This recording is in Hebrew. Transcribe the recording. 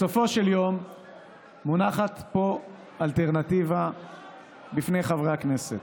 בסופו של יום מונחת פה אלטרנטיבה בפני חברי הכנסת.